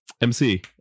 MC